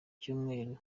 cyumweru